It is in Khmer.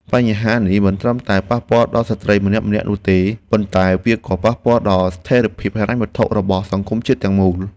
បញ្ហានេះមិនត្រឹមតែប៉ះពាល់ដល់ស្ត្រីម្នាក់ៗនោះទេ ប៉ុន្តែវាក៏ប៉ះពាល់ដល់ស្ថិរភាពហិរញ្ញវត្ថុរបស់សង្គមជាតិទាំងមូល។